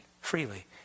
freely